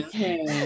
Okay